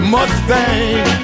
Mustang